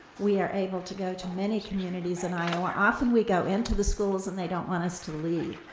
we are able to go to many communities in iowa. often we go into the schools, and they don't want us to leave.